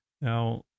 Now